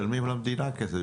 החברות משלמות למדינה כסף,